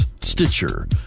Stitcher